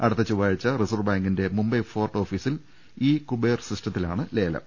അടുത്ത ചൊവ്വാഴ്ച്ച റിസർവ് ബാങ്കിന്റെ മുംബൈ ഫോർട്ട് ഓഫീ സിൽ ഇ കുബൈർ സിസ്റ്റത്തിലാണ് ലേലം